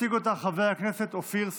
יציג אותה חבר הכנסת אופיר סופר.